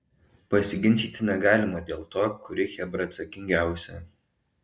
pasiginčyti negalima dėl to kuri chebra atsakingiausia